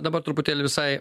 dabar truputėlį visai